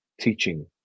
teaching